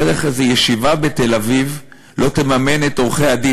דרך איזו ישיבה בתל-אביב, לא תממן את עורכי-הדין?